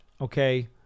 okay